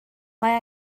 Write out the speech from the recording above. mae